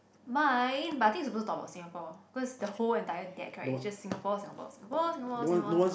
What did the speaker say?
my but I think suppose to talk about Singapore because the whole entire get correct is just Singapore Singapore Singapore Singapore Singapore Singapore